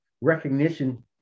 recognition